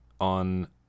on